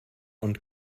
und